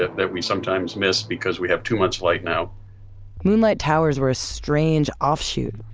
that we sometimes miss because we have too much light now moonlight towers were a strange offshoot,